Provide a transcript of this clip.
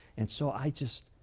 and so i just,